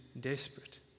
desperate